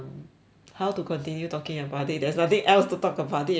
how to continue talking about it there's nothing else to talk about it already